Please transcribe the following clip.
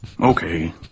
okay